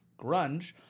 grunge